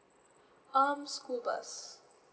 um school bus